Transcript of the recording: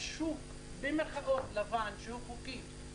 יש שוק "לבן" שהוא חוקי,